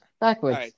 backwards